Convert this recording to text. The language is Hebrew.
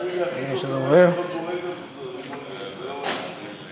חוק כלי הירייה